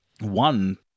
one